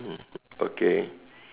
mm okay